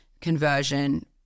conversion